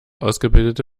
ausgebildete